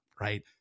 right